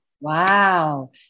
Wow